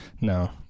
No